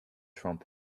trumpet